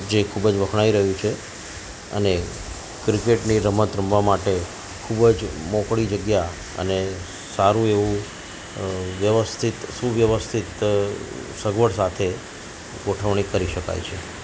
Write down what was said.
જે ખૂબ જ વખણાય રહ્યું છે અને ક્રિકેટની રમત રમવા માટે ખૂબ જ મોકળી જગ્યા અને સારું એવું વ્યવસ્થિત સુવ્યવસ્થિત સગવડ સાથે ગોઠવણી કરી શકાય છે